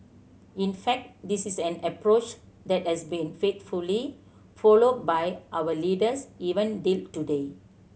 in fact this is an approach that has been faithfully followed by our leaders even till today